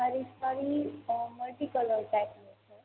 મારી sari multi colour ટાઈપની છે